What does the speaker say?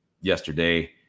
yesterday